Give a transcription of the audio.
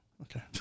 Okay